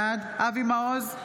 בעד אבי מעוז,